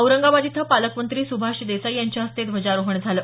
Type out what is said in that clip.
औरंगाबाद इथं पालकमंत्री सुभाष देसाई यांच्या हस्ते ध्वजारोहण झालं